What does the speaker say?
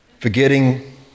forgetting